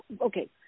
Okay